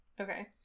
Okay